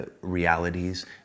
realities